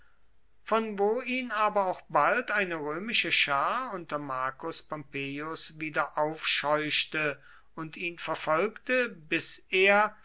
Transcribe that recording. von wo ihn aber auch bald eine römische schar unter marcus pompeius wiederaufscheuchte und ihn verfolgte bis er